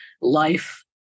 life